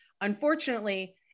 unfortunately